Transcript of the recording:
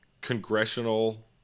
congressional